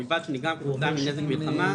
ובלבד שנגרם כתוצאה מנזק מלחמה,